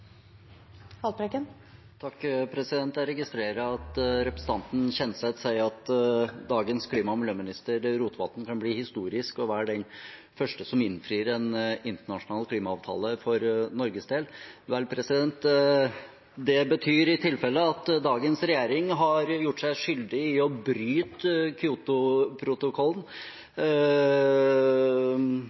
Jeg registrerer at representanten Kjenseth sier at dagens klima- og miljøminister Rotevatn kan bli historisk og være den første som innfrir en internasjonal klimaavtale for Norges del. Vel, det betyr i tilfelle at dagens regjering har gjort seg skyldig i å bryte